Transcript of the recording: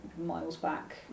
miles-back